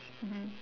mmhmm